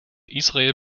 israel